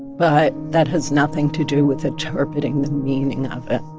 but that has nothing to do with interpreting the meaning of it.